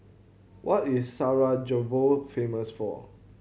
what is Sarajevo famous for